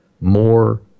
more